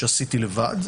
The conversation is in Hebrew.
שעשיתי לבד,